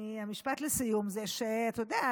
המשפט לסיום זה שאתה יודע,